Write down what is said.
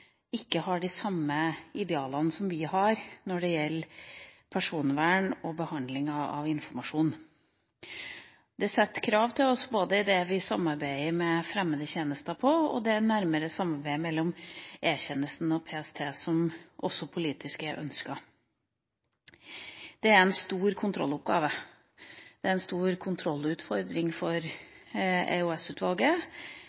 ikke har de samme idealene som vi har når det gjelder personvern og behandlinga av informasjon. Det setter krav til oss både med tanke på det vi samarbeider med fremmede staters tjenester om og med tanke på det nærmere samarbeidet mellom E-tjenesten og PST, som politisk er ønsket. Det er en stor kontrolloppgave, og det er en stor kontrollutfordring